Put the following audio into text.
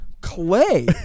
clay